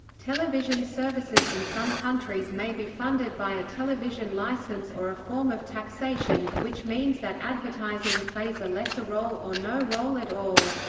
television services in some countries may be funded by a television licence or a form of taxation, which means that advertising plays a lesser role or no role at all.